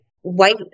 white